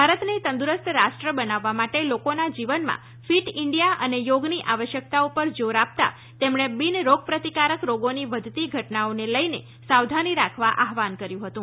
ભારતને તંદુરસ્ત રાષ્ટ્ર બનાવવા માટે લોકોના જીવનમાં ફિટ ઈન્ડિયા અને યોગની આવશ્યકતા ઉપર જોર આપતા તેમણે બિન રોગ પ્રતિકારક રોગોની વધતી ઘટનાઓને લઈને સાવધાની રાખવા આહવાન કર્યું હતું